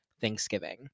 thanksgiving